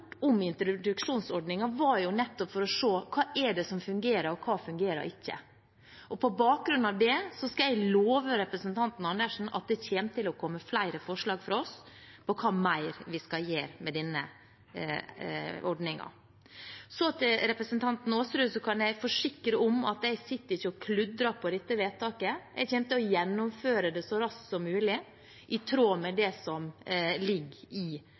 om introduksjonsordningen, var nettopp for å se på hva det er som fungerer, og hva som ikke fungerer. På bakgrunn av det skal jeg love representanten Karin Andersen at det kommer til å komme flere forslag fra oss om hva mer vi skal gjøre med denne ordningen. Representanten Aasrud kan jeg forsikre om at jeg ikke sitter og kludrer med dette vedtaket. Jeg kommer til å gjennomføre det så raskt som mulig, i tråd med det som ligger i